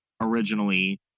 originally